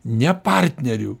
ne partnerių